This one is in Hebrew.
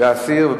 להסיר,